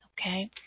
Okay